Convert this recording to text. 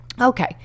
Okay